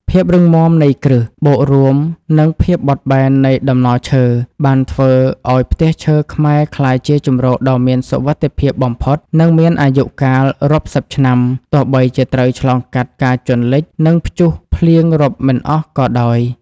ភាពរឹងមាំនៃគ្រឹះ បូករួមនឹងភាពបត់បែននៃតំណឈើ បានធ្វើឱ្យផ្ទះឈើខ្មែរក្លាយជាជម្រកដ៏មានសុវត្ថិភាពបំផុត និងមានអាយុកាលរាប់សិបឆ្នាំ ទោះបីជាត្រូវឆ្លងកាត់ការជន់លិច និងព្យុះភ្លៀងរាប់មិនអស់ក៏ដោយ។